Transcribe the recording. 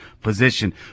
position